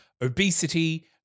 obesity